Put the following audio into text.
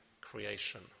creation